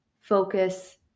focus